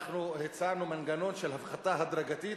הצענו מנגנון של הפחתה הדרגתית.